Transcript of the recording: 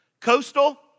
Coastal